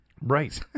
right